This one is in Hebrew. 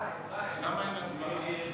למה אין הצבעה?